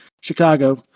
Chicago